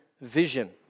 vision